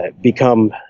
become